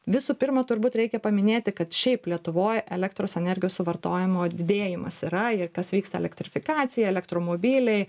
visų pirma turbūt reikia paminėti kad šiaip lietuvoj elektros energijos suvartojimo didėjimas yra ir kas vyksta elektrifikacija elektromobiliai